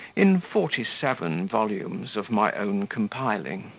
in forty-seven volumes of my own compiling.